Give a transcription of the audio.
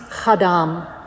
chadam